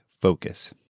focus